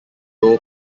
low